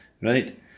Right